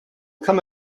come